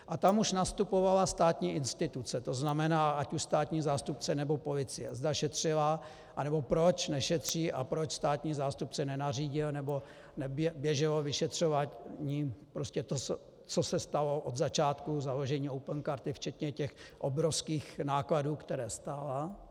A tam už nastupovala státní instituce, to znamená ať už státní zástupce, nebo policie, zda šetřila, anebo proč nešetří a proč státní zástupce nenařídil nebo neběželo vyšetřování, co se stalo od začátku založení Opencard, včetně obrovských nákladů, které stála.